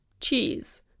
Cheese